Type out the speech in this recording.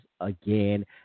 again